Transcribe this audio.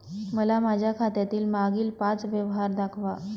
मला माझ्या खात्यातील मागील पांच व्यवहार दाखवा